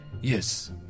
Yes